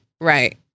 right